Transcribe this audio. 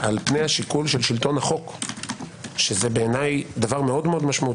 על פני השיקול של שלטון החוק שבעיניי זה מאוד משמעות